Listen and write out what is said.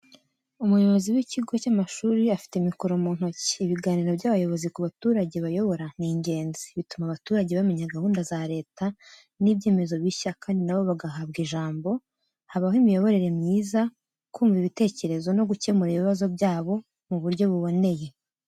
Umuyobozi w'ikigo cy'amashuri afite mikoro mu ntoki. Ibiganiro by’abayobozi ku baturage bayobora ni ingenzi, bituma abaturage bamenya gahunda za leta n'ibyemezo bishya kandi na bo bagahabwa ijambo, habaho imiyoborere myiza, kumva ibitekerezo no gukemura ibibazo byabo mu buryo buboneye.